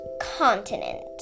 Continent